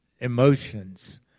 emotions